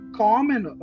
common